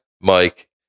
mike